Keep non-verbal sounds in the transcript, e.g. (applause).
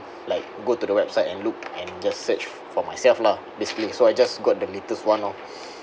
like go to the website and look and just search for myself lah basically so I just got the latest one lor (breath)